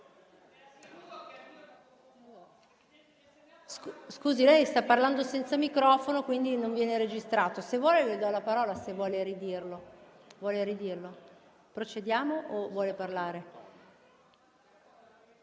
Scusi, lei sta parlando senza microfono, quindi non viene registrato: se vuole ridirlo, le do la parola. Procediamo o vuole parlare?